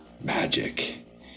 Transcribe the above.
magic